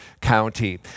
county